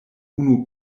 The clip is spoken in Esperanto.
unu